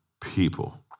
people